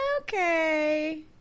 Okay